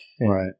right